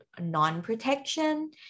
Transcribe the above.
non-protection